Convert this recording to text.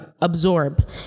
absorb